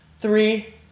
three